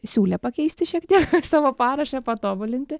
siūlė pakeisti šiek tiek savo parašą patobulinti